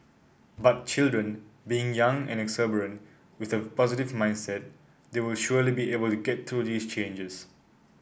but children being young and exuberant with a positive mindset they will surely be able to get through these changes